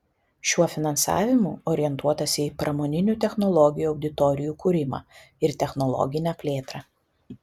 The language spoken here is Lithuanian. šiuo finansavimu orientuotasi į pramoninių technologijų auditorijų kūrimą ir technologinę plėtrą